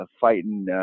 fighting